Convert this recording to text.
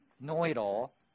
know-it-all